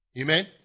Amen